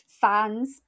Fans